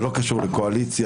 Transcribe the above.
זה לא קשור לקואליציה,